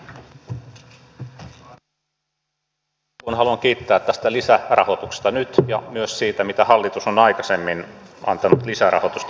heti alkuun haluan kiittää tästä lisärahoituksesta nyt ja myös siitä mitä hallitus on aikaisemmin antanut lisärahoitusta oikeudenhoidolle